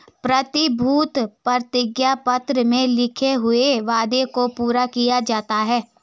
प्रतिभूति प्रतिज्ञा पत्र में लिखे हुए वादे को पूरा किया जाता है